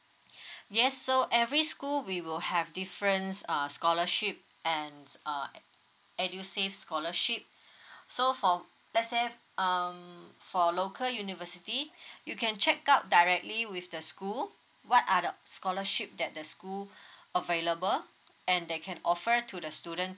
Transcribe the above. yes so every school we will have differents err scholarship and uh edusave scholarship so for let's say um for local university you can check out directly with the school what are the scholarship that the school available and they can offer to the student